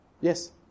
Yes